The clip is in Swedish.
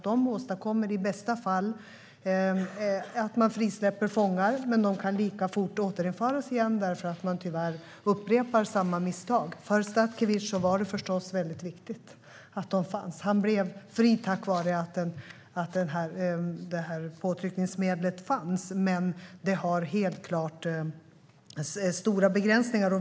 De åstadkommer i bästa fall att fångar släpps fria, men sanktioner kan lika fort återinföras för att samma misstag tyvärr upprepas. För Statkevitj var det förstås väldigt viktigt att de fanns. Han blev fri tack vare att det påtryckningsmedlet fanns. Men det har helt klart stora begränsningar.